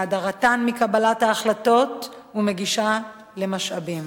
מהדרתן מקבלת ההחלטות ומגישה למשאבים.